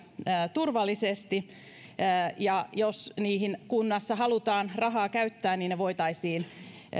turvallisesti jos niihin kunnassa halutaan rahaa käyttää niin ne voitaisiin